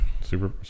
super